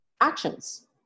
actions